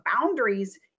boundaries